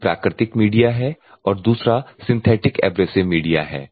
एक प्राकृतिक मीडिया है और दूसरा सिंथेटिक एब्रेसिव मीडिया है